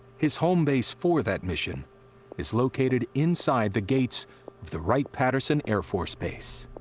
his home base for that mission is located inside the gates of the wright-patterson air force base.